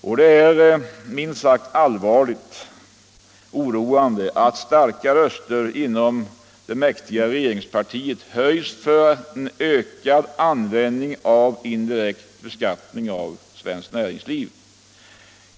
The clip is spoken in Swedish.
Och det är minst sagt allvarligt oroande att starka röster inom det mäktiga regeringspartiet höjs för en ökad användning av indirekt beskattning av svenskt näringsliv.